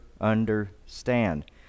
understand